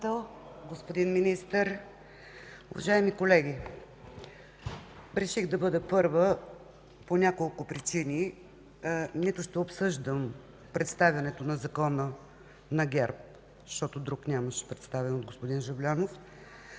господин Министър, уважаеми колеги! Реших да бъда първа по няколко причини. Нито ще обсъждам представянето на Закона на ГЕРБ, защото друг нямаше представен – от господин Жаблянов,